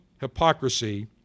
hypocrisy